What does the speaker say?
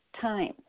time